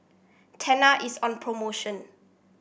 Tena is on promotion